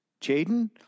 Jaden